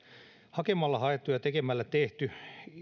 hakemalla haettu ja tekemällä tehty